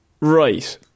Right